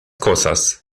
cosas